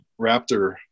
raptor